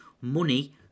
money